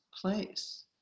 place